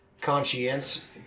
Conscience